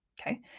okay